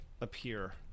appear